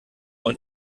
und